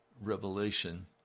Revelation